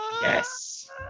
Yes